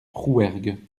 rouergue